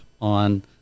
on